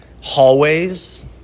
hallways